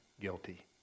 guilty